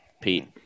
Pete